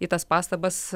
į tas pastabas